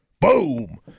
Boom